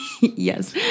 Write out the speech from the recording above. Yes